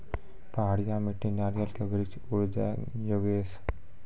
पहाड़िया मिट्टी नारियल के वृक्ष उड़ जाय योगेश?